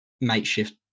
makeshift